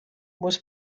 was